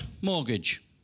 mortgage